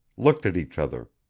looked at each other,